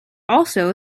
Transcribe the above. also